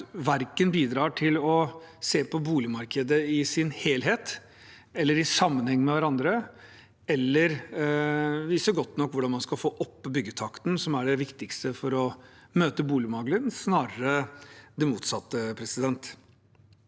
Rødt verken bidrar til å se på boligmarkedet i sin helhet eller i sammenheng, eller viser godt nok hvordan man skal få opp byggetakten, som er det viktigste for å møte boligmangelen – de gjør snarere det motsatte. Det